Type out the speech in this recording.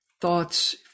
thoughts